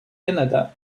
canada